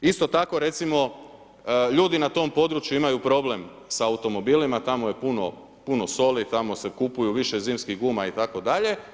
Isto tako recimo, ljudi na tom području imaju problem sa automobilima, tamo je puno soli, tamo s kupuju više zimskih guma itd.